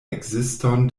ekziston